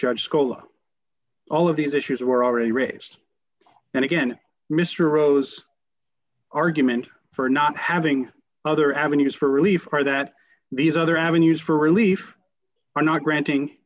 judge scola all of these issues were already raised and again mr rose argument for not having other avenues for relief or that these other avenues for relief are not granting